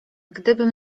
gdybym